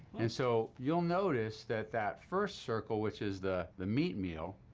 and so you'll notice that that first circle, which is the. the meat meal.